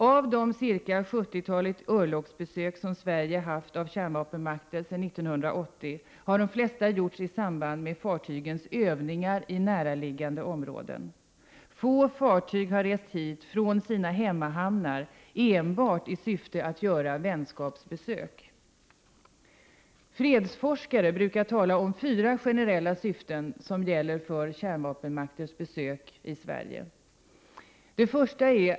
Av de ca 70 örlogsbesök som Sverige haft av kärnvapenmakter sedan 1980 har de flesta gjorts i samband med fartygens övningar i näraliggande områden. Få fartyg har rest hit från sina hemmahamnar enbart i syfte att göra vänskapsbesök. Fredsforskare brukar tala om fyra generella syften för kärnvapenmakters besök i Sverige: 1.